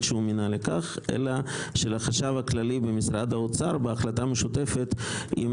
שמינה לכך אלא של החשב הכללי במשרד האוצר בהחלטה משותפת עם